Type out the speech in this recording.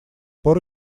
пор